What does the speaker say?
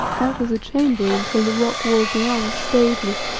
out of the chamber until the rock wall beyond stayed me,